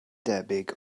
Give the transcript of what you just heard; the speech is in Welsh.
debyg